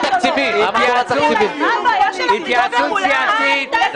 --- חמש דקות התייעצות סיעתית.